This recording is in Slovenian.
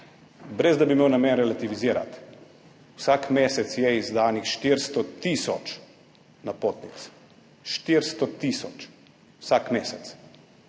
Brez da bi imel namen relativizirati, vsak mesec je izdanih 400 tisoč napotnic. 400 tisoč vsak mesec.